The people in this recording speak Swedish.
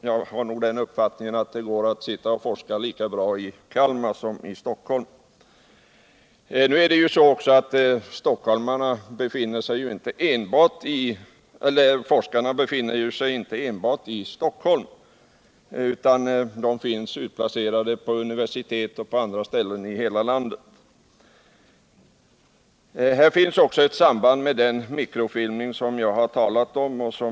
Jag är av den uppfattningen att det går lika bra att forska i Kalmar som i Stockholm. Alla forskare befinner sig inte heller i Stockholm, utan de finns på universitet och andra ställen i hela landet. Det finns också ett samband med mikrofilmningen att ta vara på.